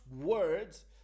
words